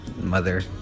mother